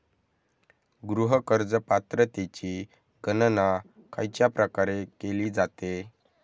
गृह कर्ज पात्रतेची गणना खयच्या प्रकारे केली जाते?